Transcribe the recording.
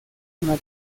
una